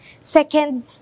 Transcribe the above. Second